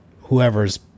whoever's